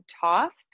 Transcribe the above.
tossed